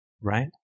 right